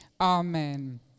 Amen